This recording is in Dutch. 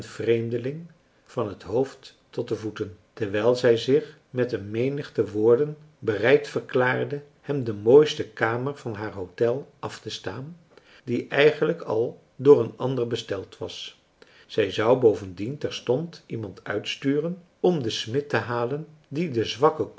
vreemdeling van het hoofd tot de voeten terwijl zij zich met een menigte woorden bereid verklaarde hem de mooiste kamer van haar hôtel aftestaan die eigenlijk al door een ander besteld was zij zou bovendien terstond iemand uitsturen om den smid te halen die den zwakken